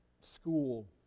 school